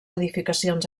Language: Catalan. edificacions